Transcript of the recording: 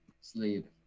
sleep